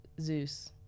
Zeus